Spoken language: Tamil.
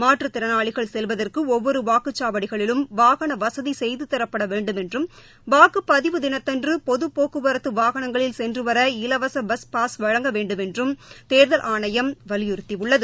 மாற்றுத்திறனாளிகள் செல்வதற்குஒவ்வொருவாக்குச்சாவடிகளிலும் வாகனவசதிசெய்துதரப்படவேண்டுமென்றும் வாக்குப்பதிவு தினத்தன்றுபொதுப்போக்குவரத்துவாகனங்களில் சென்றுவர இலவசபாஸ் வழங்க வேண்டுமென்றும் தேர்தல் ஆணையம் வலியுறுத்தியுள்ளது